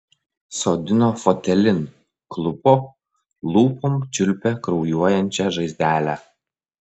sodino fotelin klupo lūpom čiulpė kraujuojančią žaizdelę